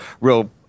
real